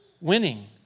Winning